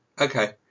Okay